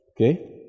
Okay